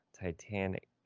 Titanic